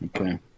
Okay